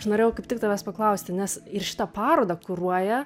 aš norėjau kaip tik tavęs paklausti nes ir šitą parodą kuruoja